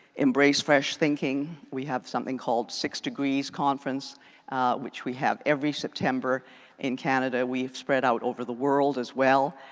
embrace fresh thinking. we have something called six degrees conference which we have every september in canada. we spread out over the world as well.